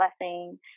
blessing